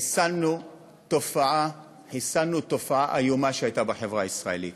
חיסלנו תופעה איומה שהייתה בחברה הישראלית.